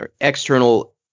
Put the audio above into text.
external